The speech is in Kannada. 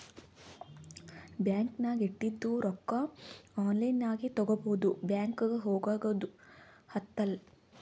ಬ್ಯಾಂಕ್ ನಾಗ್ ಇಟ್ಟಿದು ರೊಕ್ಕಾ ಆನ್ಲೈನ್ ನಾಗೆ ತಗೋಬೋದು ಬ್ಯಾಂಕ್ಗ ಹೋಗಗ್ದು ಹತ್ತಲ್